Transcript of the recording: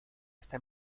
esta